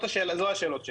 ואלו הן השאלות שלי.